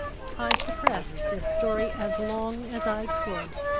i suppressed this story as long as i could.